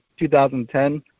2010